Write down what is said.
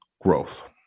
growth